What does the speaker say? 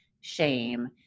shame